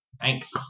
Thanks